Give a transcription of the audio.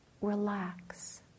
relax